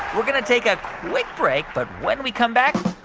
we're going to take a quick break. but when we come back,